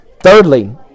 Thirdly